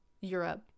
Europe